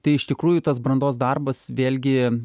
tai iš tikrųjų tas brandos darbas vėlgi